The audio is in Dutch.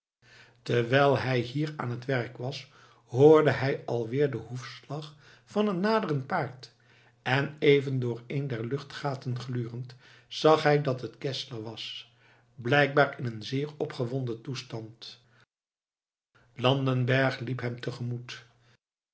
terwijl hij hier aan het werk was hoorde hij al weer den hoefslag van een naderend paard en even door een der luchtgaten glurend zag hij dat het geszler was blijkbaar in een zeer opgewonden toestand landenberg liep hem